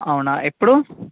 అవునా ఎప్పుడు